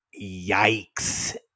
Yikes